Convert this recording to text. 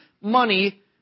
money